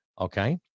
okay